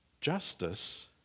justice